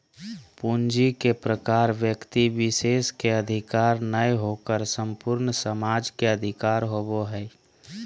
पूंजी के प्रकार व्यक्ति विशेष के अधिकार नय होकर संपूर्ण समाज के अधिकार होबो हइ